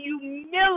humility